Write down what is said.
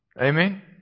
Amen